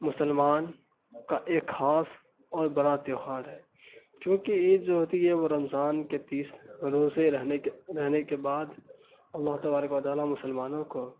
مسلمان کا ایک خاص اور بڑا تہوار ہے کیونکہ عید جو ہوتی ہے وہ رمضان کے تیس روزے رہنے کے رہنے کے بعد اللہ تبارک و تعالیٰ مسلمانوں کو